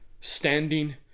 standing